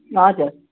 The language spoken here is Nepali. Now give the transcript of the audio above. हजुर